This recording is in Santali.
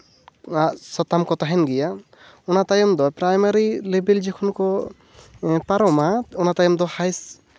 ᱥᱟᱛᱟᱢ ᱠᱚ ᱛᱟᱦᱮᱱ ᱜᱮᱭᱟ ᱚᱱᱟ ᱛᱟᱭᱚᱢ ᱫᱚ ᱯᱨᱟᱭᱢᱟᱨᱤ ᱞᱮᱵᱮᱞ ᱡᱚᱠᱷᱚᱱ ᱠᱚ ᱯᱟᱨᱚᱢᱟ ᱚᱱᱟ ᱛᱟᱭᱚᱢ ᱫᱚ ᱦᱟᱭ